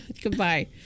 Goodbye